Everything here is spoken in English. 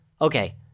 okay